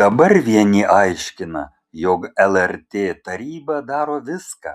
dabar vieni aiškina jog lrt taryba daro viską